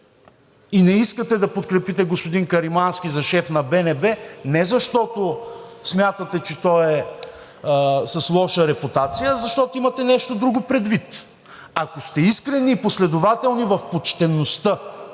и не искате да подкрепите господин Каримански за шеф на БНБ не защото смятате, че той е с лоша репутация, а защото имате нещо друго предвид. Ако сте искрени и последователни в почтеността